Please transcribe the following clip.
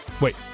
Wait